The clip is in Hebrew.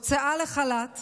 הוצאה לחל"ת